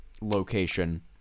location